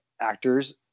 actors